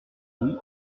louis